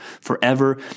forever